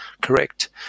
correct